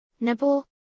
Nipple